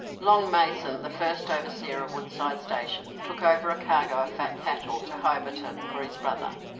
long mason, the first overseer of woodside station, took over a cargo of fat cattle to hobarton for his brother.